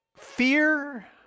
Fear